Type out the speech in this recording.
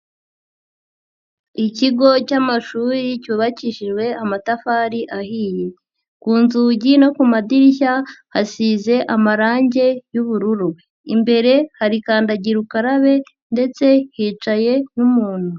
Ikigo cy'amashuri cyubakishijwe amatafari ahiye, ku nzugi no ku madirishya hasize amarangi y'ubururu, imbere hari kandagira ukarabe ndetse hicaye n'umuntu.